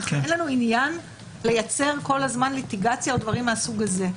אין לנו עניין לייצר כל הזמן ליטיגציה או דברים מהסוג הזה,